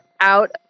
out